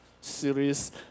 series